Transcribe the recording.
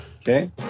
okay